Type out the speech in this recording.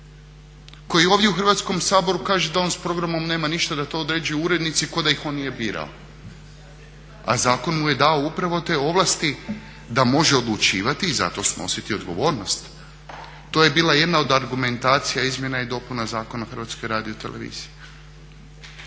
koji ovdje u Hrvatskom saboru kaže da on s programom nema ništa, da to određuju urednici ko da ih on nije birao, a zakon mu je dao upravo te ovlasti da može odlučivati i zato snositi odgovornost. To je bila jedna od argumentacija izmjena i dopuna Zakona o HRT-u. Kolegice